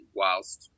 whilst